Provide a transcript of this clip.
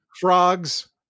Frogs